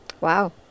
Wow